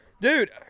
dude